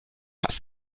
das